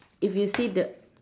if you see the